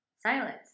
Silence